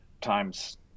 times